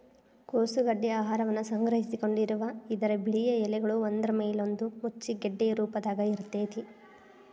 ಕೋಸು ಗಡ್ಡಿ ಆಹಾರವನ್ನ ಸಂಗ್ರಹಿಸಿಕೊಂಡಿರುವ ಇದರ ಬಿಳಿಯ ಎಲೆಗಳು ಒಂದ್ರಮೇಲೊಂದು ಮುಚ್ಚಿ ಗೆಡ್ಡೆಯ ರೂಪದಾಗ ಇರ್ತೇತಿ